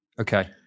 Okay